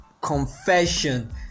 Confession